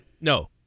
No